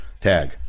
tag